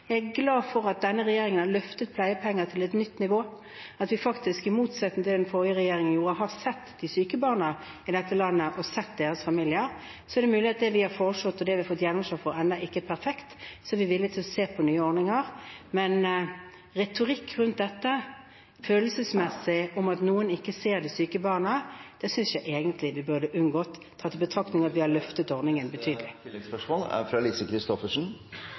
Jeg er glad for at denne regjeringen har løftet pleiepenger til et nytt nivå, at vi faktisk, i motsetning til det den forrige regjeringen gjorde, har sett de syke barna og deres familier i dette landet. Det er mulig at det vi har foreslått, og det vi har fått gjennomslag for, ikke er perfekt. Vi er villige til å se på nye ordninger. Men følelsesmessig retorikk om at noen ikke ser de syke barna, synes jeg egentlig vi burde unngått – tatt i betraktning at vi har løftet ordningen betydelig.